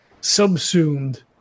subsumed